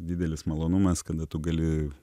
didelis malonumas kada tu gali